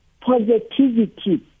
Positivity